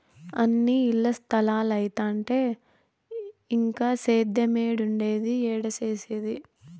అన్నీ ఇల్ల స్తలాలైతంటే ఇంక సేద్యేమేడుండేది, ఏడ సేసేది